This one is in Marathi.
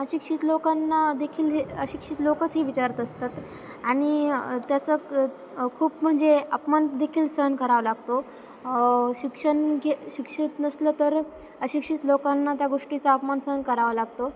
अशिक्षित लोकांना देखील हे अशिक्षित लोकंच ही विचारत असतात आणि त्याचं खूप म्हणजे अपमानदेखील सहन करावा लागतो शिक्षण के शिक्षित नसलं तर अशिक्षित लोकांना त्या गोष्टीचा अपमान सहन करावा लागतो